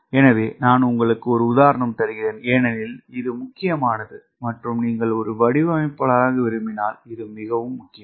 எனவே நான் உங்களுக்கு ஒரு உதாரணம் தருகிறேன் ஏனெனில் இது முக்கியமானது மற்றும் நீங்கள் ஒரு வடிவமைப்பாளராக விரும்பினால் இது முக்கியம்